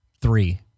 Three